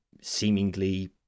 seemingly